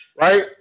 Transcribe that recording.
right